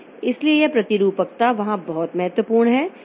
इसलिए यह प्रतिरूपकता वहां बहुत महत्वपूर्ण है